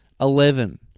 Eleven